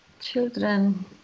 Children